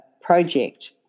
Project